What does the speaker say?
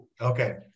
Okay